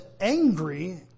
angry